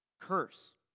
Curse